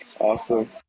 Awesome